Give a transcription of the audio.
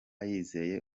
yizeye